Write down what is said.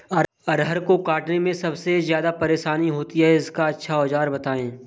अरहर को काटने में सबसे ज्यादा परेशानी होती है इसका अच्छा सा औजार बताएं?